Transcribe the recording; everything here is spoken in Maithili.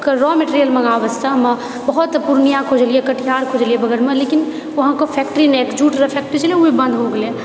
के रॉ मटेरियल मंगाबे वास्ते हमे बहुत पूर्णियाँ खोजलिए कटिहार खोजलिए बगलमे लेकिन वहाँ ओकर फैक्ट्री नहि जूटके फैक्ट्री छलहऽओ बन्द हो गेलेै